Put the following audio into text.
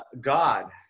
God